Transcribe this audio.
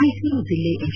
ಮೈಸೂರು ಜಿಲ್ಲೆ ಎಚ್